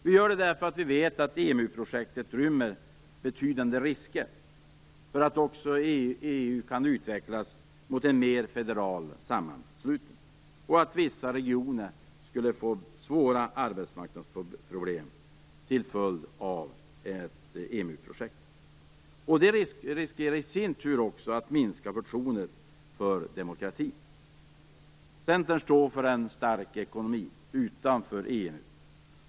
Vi gör det därför att vi vet att EMU-projektet rymmer betydande risker för att EU utvecklas mot en mer federal sammanslutning och att vissa regioner får svåra arbetsmarknadsproblem till följd av EMU projektet. Det riskerar i sin tur att minska förtroendet för demokratin. Centerpartiet står för en stark ekonomi, utanför EMU.